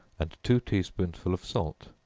and two tea-spoonsful of salt,